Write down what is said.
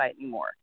anymore